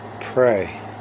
pray